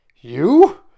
You